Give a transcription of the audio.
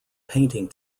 painting